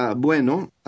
bueno